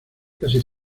casi